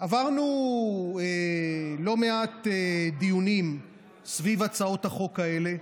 עברנו לא מעט דיונים סביב הצעות החוק האלו,